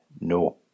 no